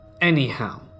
Anyhow